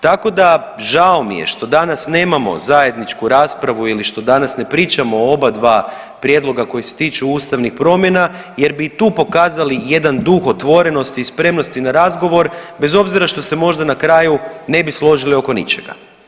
Tako da žao mi je što danas nemamo zajedničku raspravu ili što danas ne pričamo o oba dva prijedloga koji se tiču ustavnih promjena jer bi i tu pokazali jedan duh otvorenosti spremnosti na razgovor bez obzira što se možda na kraju ne bi složili oko ničega.